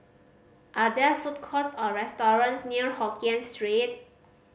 are there food courts or restaurants near Hokkien Street